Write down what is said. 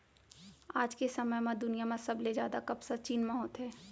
आज के समे म दुनिया म सबले जादा कपसा चीन म होथे